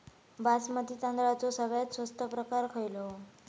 बासमती तांदळाचो सगळ्यात स्वस्त प्रकार खयलो?